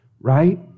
right